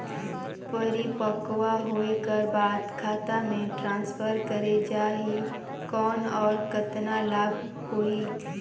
परिपक्व होय कर बाद खाता मे ट्रांसफर करे जा ही कौन और कतना लाभ होही?